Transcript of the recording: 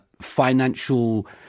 financial